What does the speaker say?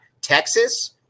Texas